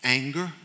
anger